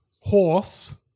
horse